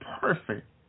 perfect